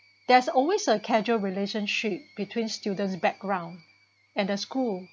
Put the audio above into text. there's always a casual relationship between students background and the school